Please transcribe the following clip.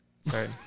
Sorry